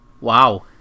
Wow